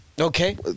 Okay